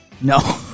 No